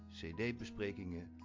cd-besprekingen